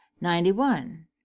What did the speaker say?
Ninety-one